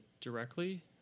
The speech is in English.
directly